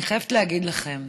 אני חייבת להגיד לכם,